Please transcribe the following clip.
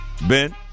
Ben